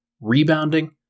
rebounding